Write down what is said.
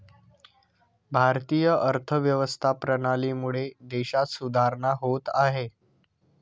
भारतीय अर्थव्यवस्था प्रणालीमुळे देशात सुधारणा होत आहे